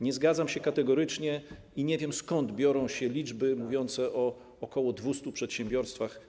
Nie zgadzam się kategorycznie, nie wiem, skąd biorą się liczby mówiące o ok. 200 przedsiębiorstwach.